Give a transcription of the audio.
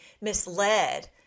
misled